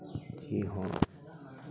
ᱪᱮᱫ ᱦᱚᱸ